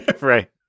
Right